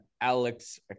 Alex